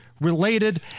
related